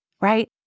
right